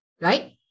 Right